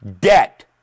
debt